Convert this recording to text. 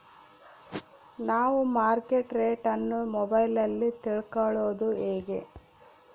ನಾವು market rate ಅನ್ನು ಮೊಬೈಲಲ್ಲಿ ತಿಳ್ಕಳೋದು ಹೇಗೆ?